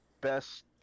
best